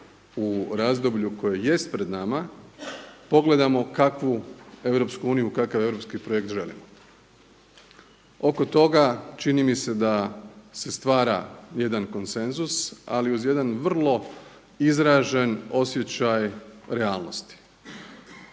u razdoblju koje jest pred nama pogledamo kakvu EU, kakav europski projekt želimo. Oko toga čini mi se da se stvara jedan konsenzus, ali uz jedan vrlo izražen osjećaj realnosti.